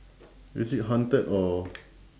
is it haunted or